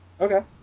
Okay